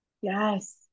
yes